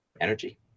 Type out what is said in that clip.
energy